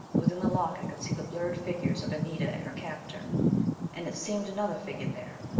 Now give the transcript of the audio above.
within the lock i could see the blurred figures of anita and her captor and it seemed, another figure there.